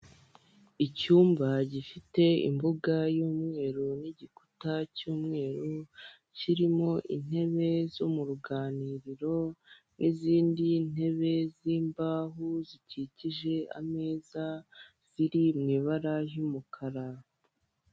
Icyumba gifite imbuga y'umweru, n'igikuta cy'umweru, kirimo intebe zo mu ruganiriro, n'izindi ntebe z'imbaho zikikije ameza ziri mu ibara ry'umukara.